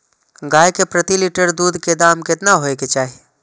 गाय के प्रति लीटर दूध के दाम केतना होय के चाही?